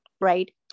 right